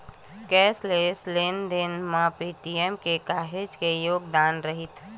cashless लेन देन म पेटीएम के काहेच के योगदान रईथ